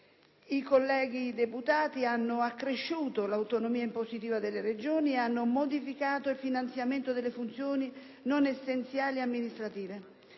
I colleghi deputati hanno accresciuto l'autonomia impositiva delle Regioni e hanno modificato il finanziamento delle funzioni non essenziali e amministrative.